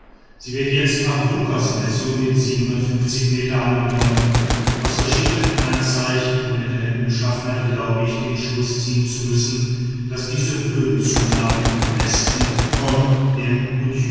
sie wird jetzt nach junkers messungen mit metern angenommen aus verschiedenen anzeichen in der geländebeschaffenheit glaubte ich den schluß ziehen zu müssen daß diese höhenzunahme im westen von